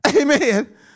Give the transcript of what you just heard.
Amen